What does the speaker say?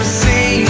see